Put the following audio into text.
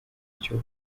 icyo